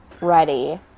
ready